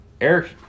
Eric